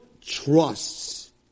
trusts